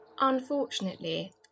Unfortunately